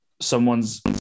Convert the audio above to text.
someone's